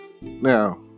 now